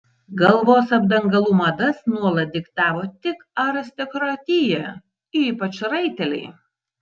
galvos apdangalų madas nuolat diktavo tik aristokratija ypač raiteliai